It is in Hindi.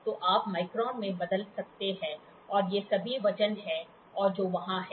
तो आप माइक्रोन में बदल सकते हैं और ये सभी वजन हैं जो वहां हैं